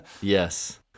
Yes